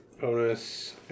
bonus